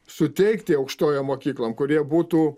suteikti aukštojom mokyklom kurie būtų